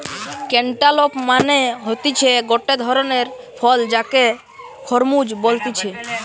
cantaloupe মানে হতিছে গটে ধরণের ফল যাকে খরমুজ বলতিছে